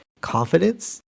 confidence